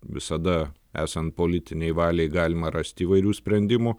visada esant politinei valiai galima rasti įvairių sprendimų